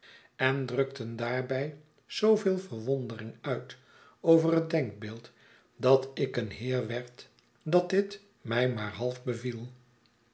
en drukten daarbij zooveel ver wondering uit over het denkbeeld dat ik een heer werd dat dit mij maar half beviei